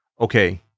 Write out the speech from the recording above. Okay